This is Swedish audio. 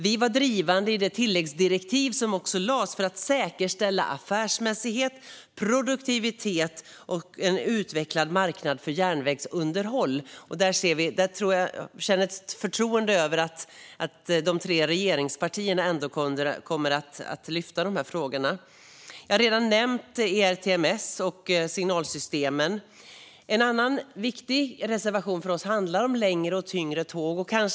Vi var drivande i tilläggsdirektivet för att säkerställa affärsmässighet, produktivitet och en utvecklad marknad för järnvägsunderhåll. Jag känner förtroende för att de tre regeringspartierna kommer att lyfta fram dessa frågor. En reservation handlar om ERTMS och signalsystemen, vilket jag redan nämnt, och en annan om längre och tyngre tåg.